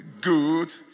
good